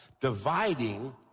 dividing